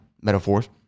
metaphors